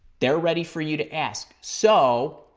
they're ready for you to ask. so,